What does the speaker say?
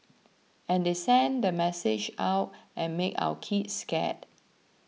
and they send the message out and make our kids scared